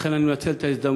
לכן אני מנצל את ההזדמנות: